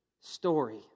story